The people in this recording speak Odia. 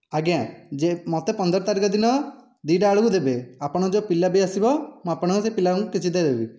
ଆଜ୍ଞା ଯେ ମୋତେ ପନ୍ଦର ତାରିଖ ଦିନ ଦୁଇଟା ବେଳକୁ ଦେବେ ଆପଣଙ୍କ ଯେଉଁ ପିଲା ବି ଆସିବ ମୁଁ ଆପଣଙ୍କ ସେହି ପିଲାକୁ ବି କିଛିଟା ଦେବି